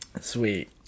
sweet